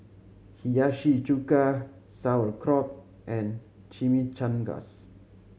Hiyashi Chuka Sauerkraut and Chimichangas